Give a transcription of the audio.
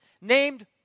named